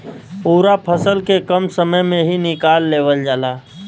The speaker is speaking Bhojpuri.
पूरा फसल के कम समय में ही निकाल लेवल जाला